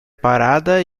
parada